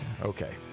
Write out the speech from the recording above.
Okay